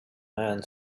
man